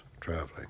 traveling